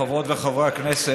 חברות וחברי הכנסת,